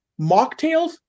mocktails